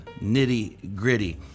nitty-gritty